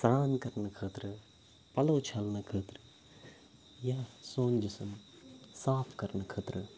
سرٛان کَرنہٕ خٲطرٕ پَلو چھَلنہٕ خٲطرٕ یا سون جسم صاف کَرنہٕ خٲطرٕ